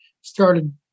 started